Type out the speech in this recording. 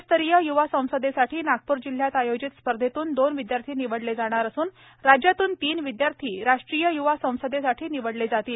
राज्यस्तरीय य्वा संसदेसाठी नागप्र जिल्हयात आयोजित स्पर्धेतून दोन विद्यार्थी निवडले जाणार असून राज्यातून तीन विद्यार्थी राष्ट्रीय य्वा संसदेसाठी निवडले जातील